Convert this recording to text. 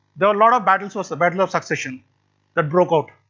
there were lot of battle so so battle of succession that broke out